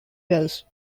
wells